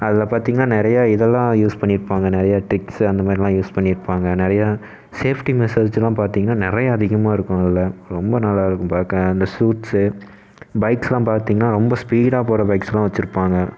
அதில் பார்த்திங்கனா நிறைய இதையெல்லாம் யூஸ் பண்ணியிருப்பாங்க நிறைய ட்ரிக்ஸ் அந்தமாதிரியெல்லாம் யூஸ் பண்ணியிருப்பாங்க நிறைய சேஃப்டி மெசேஜ்யெலாம் பார்த்திங்கனா நிறைய அதிகமாக இருக்கும் அதில் ரொம்ப நல்லாயிருக்கும் பார்க்க அந்த சூட்சு பைக்ஸ்லாம் பார்த்திங்கனா ரொம்ப ஸ்பீடாக போகிற பைக்ஸ் வெச்சுருப்பாங்க